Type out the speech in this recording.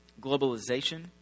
globalization